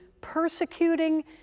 persecuting